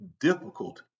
difficult